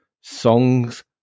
songs